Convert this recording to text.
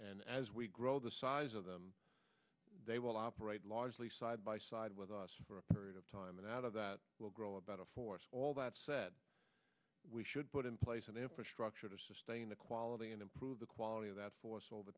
and as we grow the size of them they will operate largely side by side with us for a period of time and out of that will grow about a force all that said we should put in place an infrastructure to sustain the quality and improve the quality of that force all the